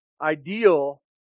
ideal